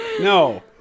no